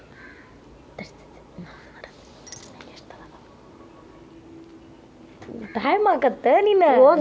ಹೂನ್ಯಾಗ ಎಷ್ಟ ತರಾ ಅದಾವ್?